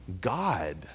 God